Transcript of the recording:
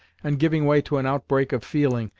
and giving way to an outbreak of feeling,